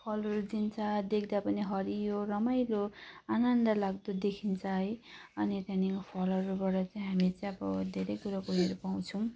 फलहरू दिन्छ देख्दा पनि हरियो रमाइलो आनन्दलाग्दो देखिन्छ है अनि त्यहाँनिरको फलहरूबाट चाहिँ हामी चाहिँ अब धेरै कुरोको उयोहरू पाउँछौँ